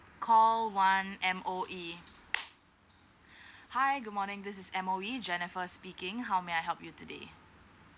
call one M_O_E hi good morning this is M_O_E jennifer speaking how may I help you today